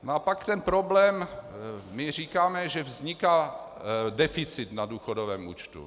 A pak ten problém my říkáme, že vzniká deficit na důchodovém účtu.